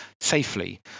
safely